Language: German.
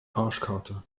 arschkarte